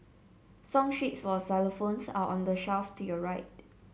song sheets for xylophones are on the shelf to your right